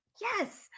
Yes